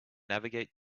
navigate